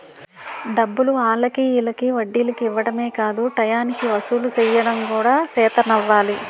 డబ్బులు ఆల్లకి ఈల్లకి వడ్డీలకి ఇవ్వడమే కాదు టయానికి వసూలు సెయ్యడం కూడా సేతనవ్వాలి